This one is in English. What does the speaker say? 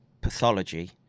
pathology